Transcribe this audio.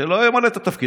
שלא ימלא את התפקיד.